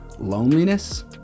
loneliness